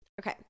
Okay